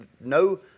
no